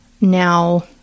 now